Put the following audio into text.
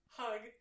hug